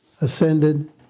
ascended